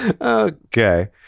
Okay